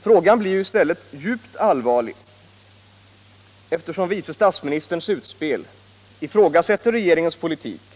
Problemet blir i stället djupt allvarligt, eftersom vice statsministern i sitt utspel ifrågasätter regeringens politik.